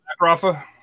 rafa